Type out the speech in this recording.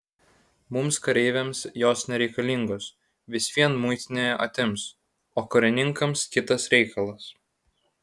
mums kareiviams jos nereikalingos vis vien muitinėje atims o karininkams kitas reikalas